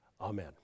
Amen